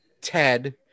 ted